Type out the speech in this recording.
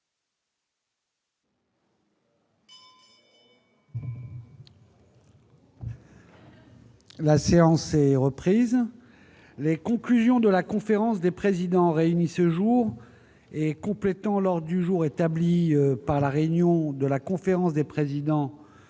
La séance est reprise. Les conclusions de la conférence des présidents réunie ce jour et complétant l'ordre du jour établi par la réunion de la conférence des présidents